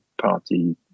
party